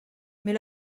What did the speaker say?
mais